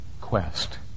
quest